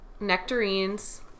nectarines